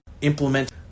implement